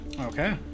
Okay